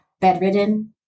bedridden